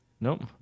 Nope